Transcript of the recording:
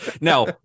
now